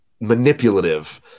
manipulative